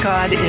God